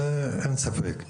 בזה אין ספק.